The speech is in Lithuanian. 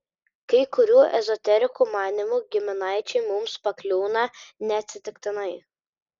kai kurių ezoterikų manymu giminaičiai mums pakliūna ne atsitiktinai